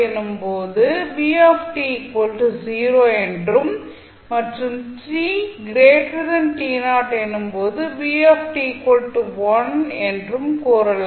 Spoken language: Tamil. எனும் போது என்றும் மற்றும் எனும் போது என்றும் கூறலாம்